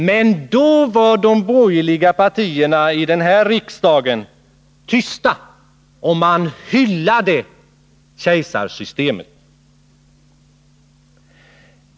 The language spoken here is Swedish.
Men då var de borgerliga partierna här i riksdagen tysta och hyllade kejsarsystemet.